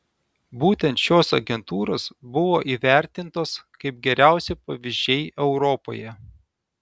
būtent šios agentūros buvo įvertintos kaip geriausi pavyzdžiai europoje